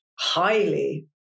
highly